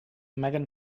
megan